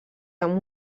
amb